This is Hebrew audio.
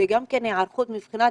זה גם היערכות מבחינת